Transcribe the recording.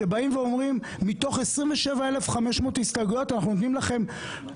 כשבאים ואומרים: מתוך 27,500 הסתייגויות אנחנו נותנים לכם,